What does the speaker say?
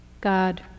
God